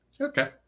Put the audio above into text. Okay